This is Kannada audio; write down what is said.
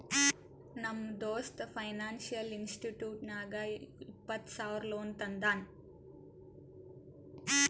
ನಮ್ ದೋಸ್ತ ಫೈನಾನ್ಸಿಯಲ್ ಇನ್ಸ್ಟಿಟ್ಯೂಷನ್ ನಾಗ್ ಇಪ್ಪತ್ತ ಸಾವಿರ ಲೋನ್ ತಂದಾನ್